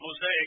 Mosaic